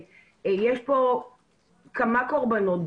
יש פה כמה קורבנות,